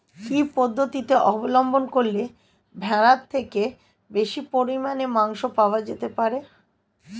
কি পদ্ধতিতে অবলম্বন করলে ভেড়ার থেকে বেশি পরিমাণে মাংস পাওয়া যেতে পারে?